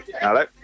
Hello